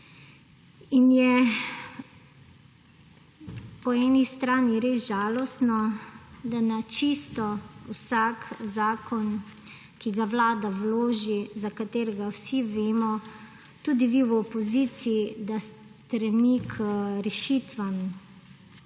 In je po eni strani res žalostno, da čisto vsak zakon, ki ga vlada vloži, za katerega vsi vemo, tudi vi v opoziciji, da stremi k rešitvam,